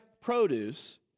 produce